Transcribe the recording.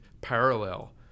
parallel